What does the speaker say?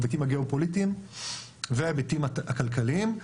ההיבטים הגיאופוליטיים וההיבטים הכלכליים.